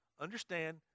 understand